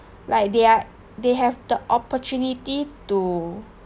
like they are they have the opportunity to